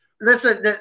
Listen